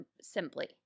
simply